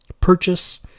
purchase